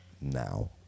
now